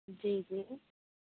جی جی